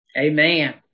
Amen